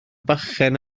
bachgen